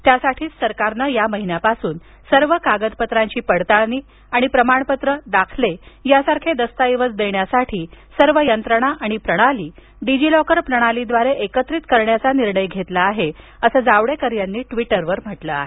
त्यासाठीच सरकारनं या महिन्यापासून सर्व कागदपत्रांची पडताळणी आणि प्रमाणपत्र दाखले यासारखे दस्तऐवज देण्यासाठी सर्व यंत्रणा आणि प्रणाली डीजी लॉकर प्रणालीद्वारे एकत्रित करण्याचा निर्णय घेतला आहे असं जावडेकर यांनी ट्वीटरवर म्हटलं आहे